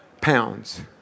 pounds